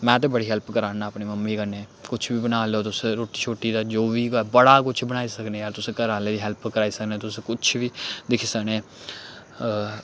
में ते बड़ी हैल्प कराना अपनी मम्मी कन्नै कुछ बी बना लैओ तुस रोटी शोटी दा जो बी बड़ा कुछ बनाई सकने आां तुस घर आह्ले दी हैल्प कराई सकने तुस कुछ बी दिक्खी सकने